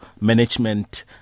management